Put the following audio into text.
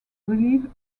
relieve